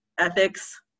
ethics